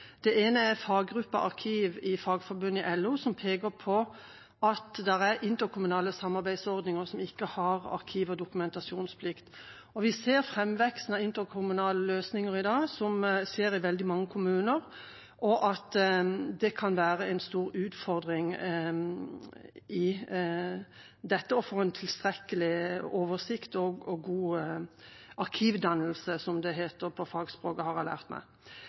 Det ene er fagruppa Arkiv i Fagforbundet, som er en del av LO, som peker på at det er interkommunale samarbeidsordninger som ikke har arkiv- og dokumentasjonsplikt. Vi ser framveksten av interkommunale løsninger i dag – det skjer i veldig mange kommuner – og det kan være en stor utfordring å få en tilstrekkelig oversikt og god arkivdannelse, som jeg har lært meg at det heter på fagspråket.